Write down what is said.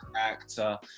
actor